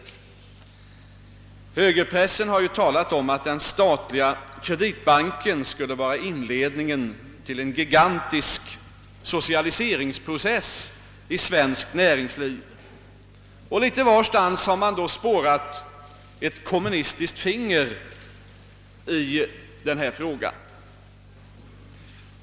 I högerpressen har man talat om att den statliga kreditbanken skulle vara inledningen till en gigantisk so cialiseringsprocess i svenskt näringsliv, och litet varstans har man då anat ett kommunistiskt finger bakom förslaget.